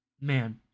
Man